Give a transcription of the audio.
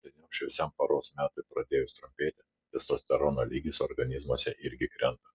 rudeniop šviesiam paros metui pradėjus trumpėti testosterono lygis organizmuose irgi krenta